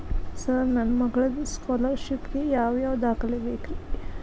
Sir ನನ್ನ ಮಗ್ಳದ scholarship ಗೇ ಯಾವ್ ಯಾವ ದಾಖಲೆ ಬೇಕ್ರಿ?